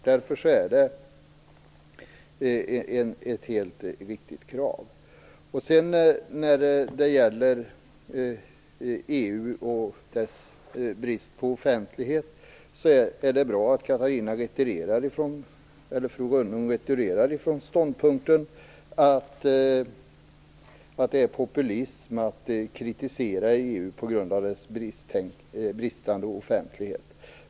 Därför är det ett helt riktigt krav. När det gäller EU och dess brist på offentlighet, är det bra att Catarina Rönnung retirerar från ståndpunkten att det är populism att kritisera EU på grund av dess bristande offentlighet.